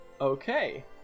Okay